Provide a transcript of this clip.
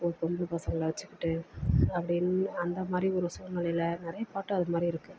ஒரு பொம்பள பசங்களை வச்சிக்கிட்டு அப்படின்னு அந்த மாதிரி ஒரு சூழ்நிலைல நிறைய பாட்டு அது மாதிரி இருக்குது